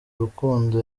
urukundo